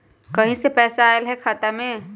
कहीं से पैसा आएल हैं खाता में?